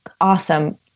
awesome